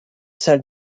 salles